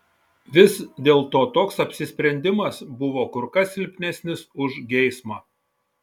vis dėlto toks apsisprendimas buvo kur kas silpnesnis už geismą